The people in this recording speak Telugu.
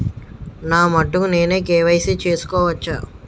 నా మటుకు నేనే కే.వై.సీ చేసుకోవచ్చా?